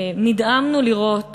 נדהמנו לראות